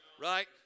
Right